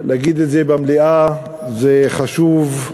להגיד את זה במליאה זה חשוב,